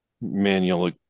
manual